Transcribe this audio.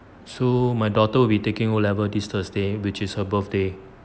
so my daughter will be taking O level this thursday which is her birthday